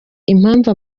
impamvu